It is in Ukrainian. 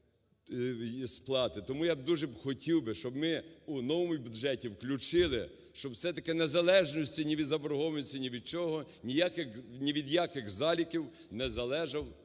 Тому я б дуже б хотів би, щоб ми у новому бюджеті включили, щоб все-таки незалежності ні від заборгованості, ні від чого, ніяких, ні від яких заліків не залежав